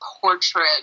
portrait